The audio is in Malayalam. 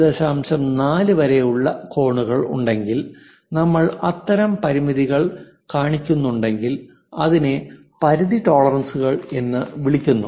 4 വരെയുള്ള കോണുകൾ ഉണ്ടെങ്കിൽ നമ്മൾ അത്തരം പരിമിതികൾ കാണിക്കുന്നുണ്ടെങ്കിൽ അതിനെ പരിധി ടോളറൻസുകൾ എന്ന് വിളിക്കുന്നു